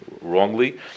wrongly